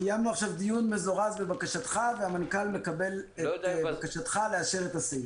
קיימנו עכשיו דיון מזורז בבקשתך והמנכ"ל מקבל את בקשתך לאשר את הסעיף.